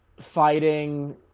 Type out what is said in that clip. fighting